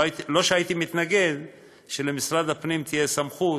לא שהייתי מתנגד שלמשרד הפנים תהיה סמכות,